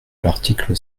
l’article